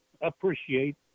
appreciate